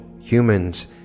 humans